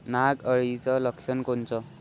नाग अळीचं लक्षण कोनचं?